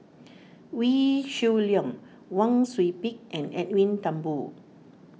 Wee Shoo Leong Wang Sui Pick and Edwin Thumboo